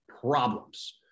problems